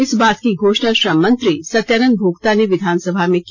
इस बात की घोषणा श्रम मंत्री सत्यानंद भोक्ता ने विधानसभा में की